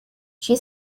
she